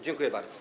Dziękuję bardzo.